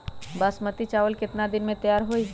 बासमती चावल केतना दिन में तयार होई?